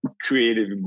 creative